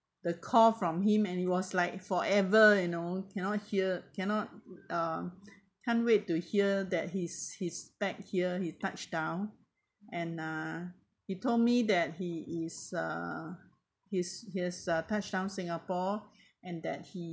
the call from him and he was like forever you know cannot hear cannot uh can't wait to hear that he's he's back here he touchdown and uh he told me that he is uh his his uh touchdown singapore and that he